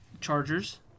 Chargers